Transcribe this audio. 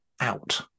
out